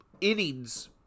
innings